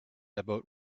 about